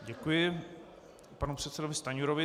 Děkuji panu předsedovi Stanjurovi.